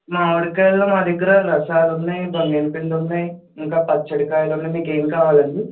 మామిడికాయల్లో మా దగ్గర రసాలున్నాయి బంగినపల్లి ఉన్నాయి ఇంకా పచ్చడి కాయలున్నాయి మీకు ఏం కావాలండి